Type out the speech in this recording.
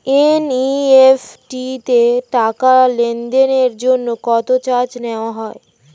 NEFT তে টাকা লেনদেনের জন্য কত চার্জ নেয়া হয়?